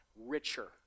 Richer